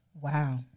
Wow